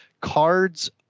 Cards